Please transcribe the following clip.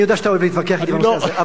אני יודע שאתה אוהב להתווכח אתי בנושא הזה,